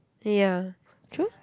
ya true